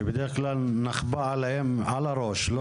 שבדרך כלל נכפה עליהם על הראש,